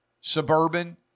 suburban